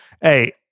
Hey